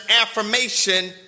affirmation